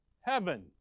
Heaven